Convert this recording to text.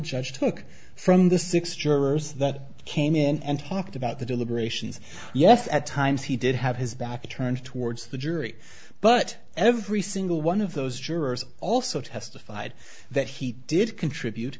judge took from the six jurors that came in and talked about the deliberations yes at times he did have his back turned towards the jury but every single one of those jurors also testified that he did contribute